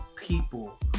people